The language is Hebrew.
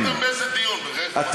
עילה לפיליבסטר, אז אתה טועה.